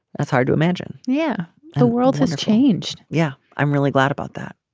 that's hard to imagine. yeah the world has changed. yeah. i'm really glad about that.